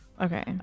Okay